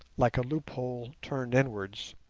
like a loophole turned inwards.